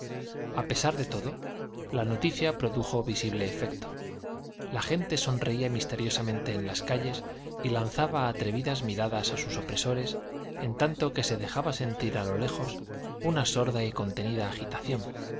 a pesar de todo la noticia produjo visible efecto la gente sonreía misteriosamente en las calles y lanzaba atrevidas miradas a sus opresores en tanto que se dejaba sentir a lo lejos una sorda y contenida agitación